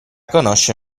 conosce